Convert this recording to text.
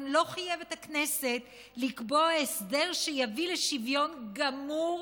לא חייב את הכנסת לקבוע הסדר שיביא לשוויון גמור